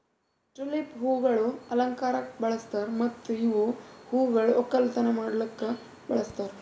tulip ಹೂವುಗೊಳ್ ಅಲಂಕಾರಕ್ ಬಳಸ್ತಾರ್ ಮತ್ತ ಇವು ಹೂಗೊಳ್ ಒಕ್ಕಲತನ ಮಾಡ್ಲುಕನು ಬಳಸ್ತಾರ್